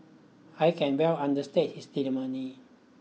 I can well understand his